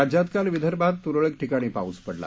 राज्यात काल विदर्भात तुरळक ठिकाणी पाऊस पडला